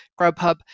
Grubhub